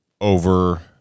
over